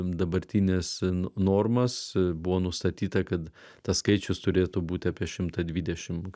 dabartines normas buvo nustatyta kad tas skaičius turėtų būti apie šimtą dvidešimt